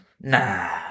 nah